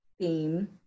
theme